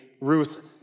Ruth